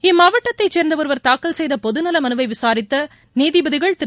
இம்மாவட்டத்தை சேர்ந்த ஒருவர் தாக்கல் செய்த பொதுநல மனுவை விசாரித்த நீதிபதிகள் திரு